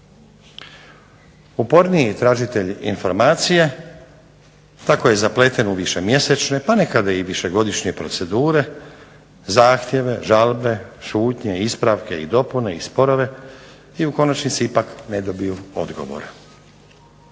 Uporniji tražitelj informacije tako je zapleten u višemjesečne pa nekada i višegodišnje procedure, zahtjeve, žalbe, šutnje, ispravke i dopune i sporove i u konačnici ipak ne dobiju odgovor.